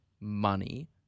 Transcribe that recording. money